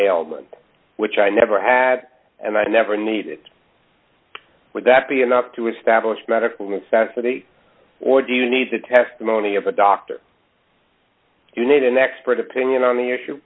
ailment which i never had and i never needed would that be enough to establish medical necessity or do you need the testimony of a doctor you need an expert opinion on the issue